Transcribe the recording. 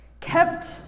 kept